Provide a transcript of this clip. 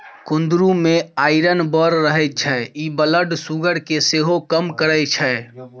कुंदरु मे आइरन बड़ रहय छै इ ब्लड सुगर केँ सेहो कम करय छै